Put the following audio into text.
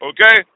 Okay